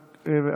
פנים.